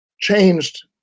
changed